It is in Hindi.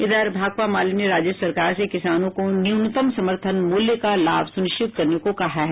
इधर भाकपा माले ने राज्य सरकार से किसानों को न्यूनतम समर्थन मूल्य का लाभ सुनिश्चित करने को कहा है